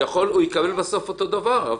הוא יקבל בסוף אותו דבר.